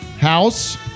house